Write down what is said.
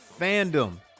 fandom